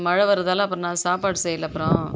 மழை வரதால் அப்போ நான் சாப்பாடு செய்யலை அப்புறம்